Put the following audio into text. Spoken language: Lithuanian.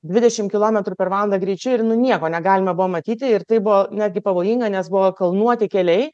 dvidešim kilometrų per valandą greičiu ir nu nieko negalima buvo matyti ir tai buvo netgi pavojinga nes buvo kalnuoti keliai